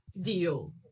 Deal